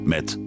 Met